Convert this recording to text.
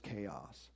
chaos